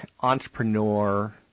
entrepreneur